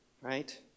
right